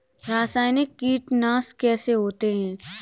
रासायनिक कीटनाशक कैसे होते हैं?